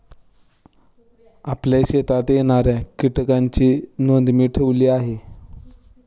आपल्या शेतात येणाऱ्या कीटकांची नोंद मी ठेवली आहे